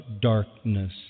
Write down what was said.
darkness